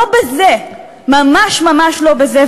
לא בזה, ממש ממש לא בזה.